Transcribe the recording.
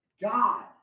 God